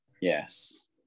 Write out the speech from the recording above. yes